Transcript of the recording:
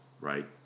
right